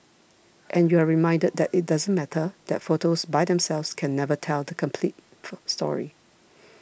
and you are reminded that it doesn't matter that photos by themselves can never tell the complete full story